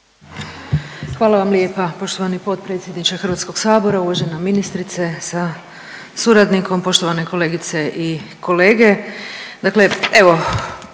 Hvala vam lijepa poštovani potpredsjedniče HS, uvažena ministrice sa suradnikom, poštovane kolegice i kolege.